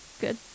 Good